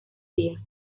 días